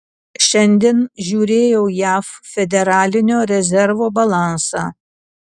šiandien žiūrėjau jav federalinio rezervo balansą